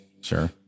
Sure